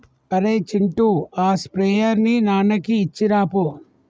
అరేయ్ చింటూ ఆ స్ప్రేయర్ ని నాన్నకి ఇచ్చిరాపో